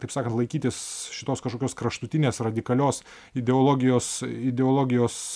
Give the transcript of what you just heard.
taip sakant laikytis šitos kažkokios kraštutinės radikalios ideologijos ideologijos